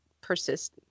persist